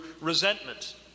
resentment